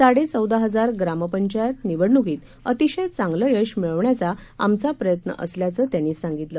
साडेचौदाहजारग्रामपंचायतनिवडणुकीतअतिशयचांगलंयशमिळवण्याचाआमचाप्रयत्नअसल्याचंत्यांनीसांगितलं